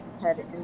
head